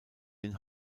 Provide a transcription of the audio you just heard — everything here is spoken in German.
den